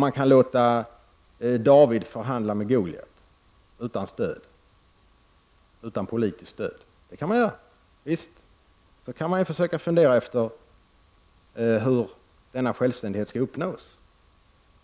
Man kan låta David förhandla med Goliat utan politiskt stöd. Sedan kan man fundera över hur denna självständighet skall uppnås.